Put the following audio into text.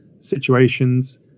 situations